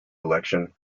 election